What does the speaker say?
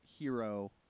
hero